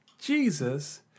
Jesus